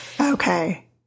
okay